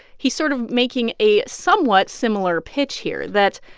he's sort of making a somewhat similar pitch here that